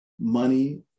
money